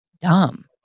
dumb